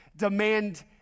Demand